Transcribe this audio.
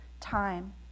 time